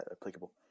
applicable